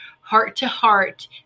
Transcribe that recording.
heart-to-heart